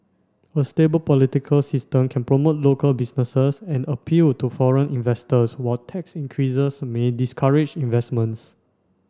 a stable political system can promote local businesses and appeal to foreign investors while tax increases may discourage investments